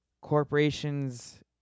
corporations